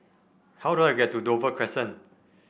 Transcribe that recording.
how do I get to Dover Crescent